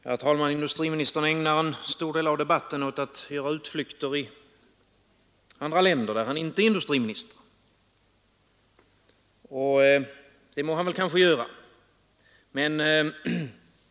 Fru talman! Industriministern ägnar en stor del av debatten åt att göra utflykter i andra länder där han inte är industriminister, och det må han kanske göra.